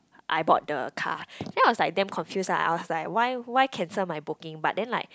I bought the car then I was like damn confuse ah I was like why why cancel my booking but then like